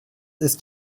ist